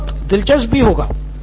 professor यह बहुत दिलचस्प भी होगा